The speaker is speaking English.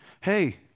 hey